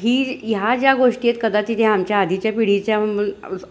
ही ह्या ज्या गोष्टी आहेत कदाचित ह्या आमच्या आधीच्या पिढीच्या